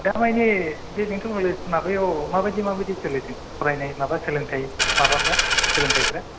दामानि बे बेंथल कलेज माबायाव माबायदि माबायदि सोलिदों फरायनाय माबा सोलोंथाय माबाफ्रा सोलोंथायफ्रा